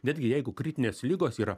netgi jeigu kritinės ligos yra